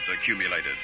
accumulated